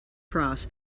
cross